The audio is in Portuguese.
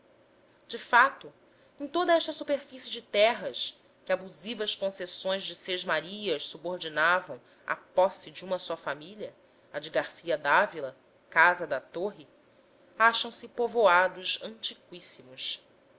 de fato em toda esta superfície de terras que abusivas concessões de sesmarias subordinaram à posse de uma só família a de garcia dávila casa da torre acham se povoados antiqüíssimos